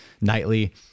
nightly